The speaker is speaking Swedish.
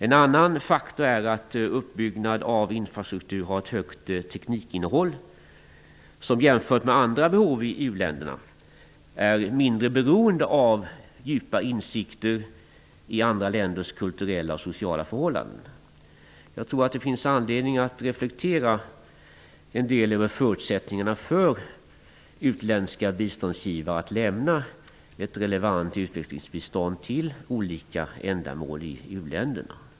En annan fördel är att uppbyggnad av infrastruktur har ett högt teknikinnehåll som, jämfört med andra behov i uländerna, är mindre beroende av djupa insikter i andra länders kulturella och sociala förhållanden. Jag tror att det finns anledning att reflektera en del över förutsättningarna för utländska biståndsgivare att lämna ett relevant utvecklingsbistånd till olika ändamål i u-länderna.